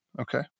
Okay